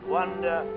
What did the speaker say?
wonder